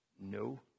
no